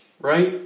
right